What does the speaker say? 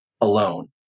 alone